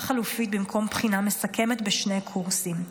חלופית במקום בחינה מסכמת בשני קורסים.